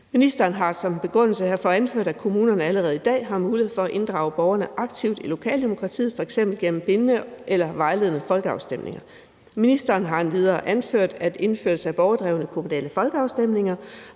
Ministeren har som begrundelse herfor anført, at kommunerne allerede i dag har mulighed for at inddrage borgerne aktivt i lokaldemokratiet, f.eks. gennem bindende eller vejledende folkeafstemninger. Ministeren har videre anført, at indførelse af borgerdrevne kommunale folkeafstemninger,